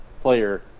player